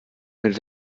mit